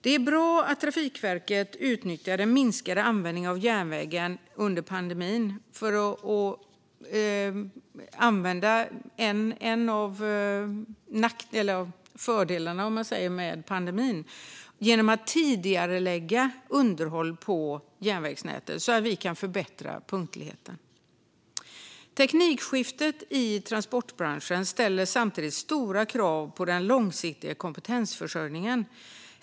Det är bra att Trafikverket utnyttjar den minskade användningen av järnvägen under pandemin genom att tidigarelägga underhåll på järnvägsnätet så att punktligheten kan förbättras. Teknikskiftet i transportbranschen ställer samtidigt stora krav på den långsiktiga kompetensförsörjningen.